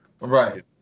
Right